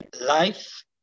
life